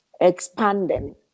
expanding